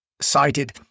cited